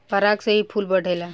पराग से ही फूल बढ़ेला